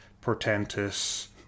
portentous